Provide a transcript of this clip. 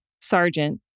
sergeant